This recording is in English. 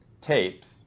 tapes